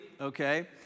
okay